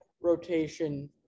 rotation